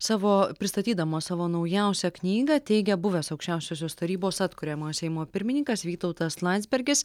savo pristatydamas savo naujausią knygą teigia buvęs aukščiausiosios tarybos atkuriamojo seimo pirmininkas vytautas landsbergis